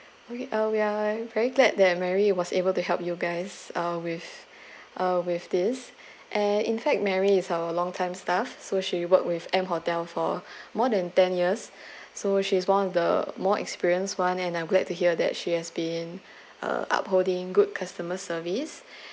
we uh we are very glad that mary was able to help you guys uh with uh with this and in fact mary is our longtime staff so she work with M hotel for more than ten years so she's one of the more experienced one and I'm glad to hear that she has been um upholding good customer service